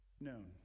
known